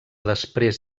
després